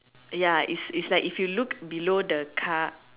ya it's it's like if you look below the car